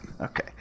Okay